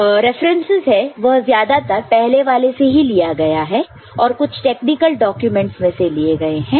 जो रिफरेंसस है वह ज्यादातर पहले वाले में से लिया गया है और कुछ टेक्निकल डाक्यूमेंट्स में से लिया गया है